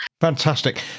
fantastic